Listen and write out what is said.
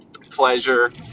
pleasure